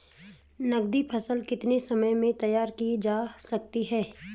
नगदी फसल कितने समय में तैयार की जा सकती है?